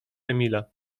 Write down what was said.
emila